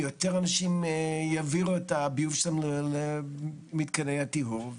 יותר אנשים יעבירו את הביוב שלהם למתקני הטיהור.